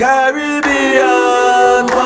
Caribbean